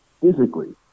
physically